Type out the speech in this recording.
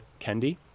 Kendi